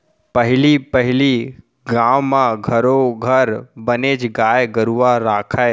पहली पहिली गाँव म घरो घर बनेच गाय गरूवा राखयँ